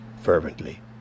fervently